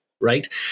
right